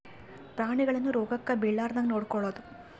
ಪ್ರಾಣಿಗಳನ್ನ ರೋಗಕ್ಕ ಬಿಳಾರ್ದಂಗ ನೊಡಕೊಳದು